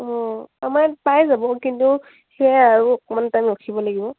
অঁ আমাৰ ইয়াত পাই যাব কিন্তু সেয়াই আৰু অকণমান টাইম ৰখিব লাগিব